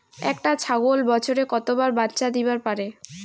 একটা ছাগল বছরে কতবার বাচ্চা দিবার পারে?